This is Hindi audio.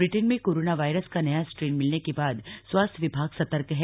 ब्रिटेन में कोरोना वायरस का नया स्ट्रेन मिलने के बाद स्वास्थ्य विभाग सतर्क है